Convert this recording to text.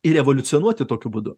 ir evoliucionuoti tokiu būdu